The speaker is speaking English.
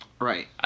Right